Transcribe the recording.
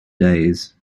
days